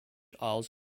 isles